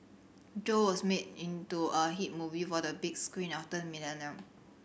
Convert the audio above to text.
Joe was made into a hit movie for the big screen after the millennium